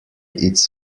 its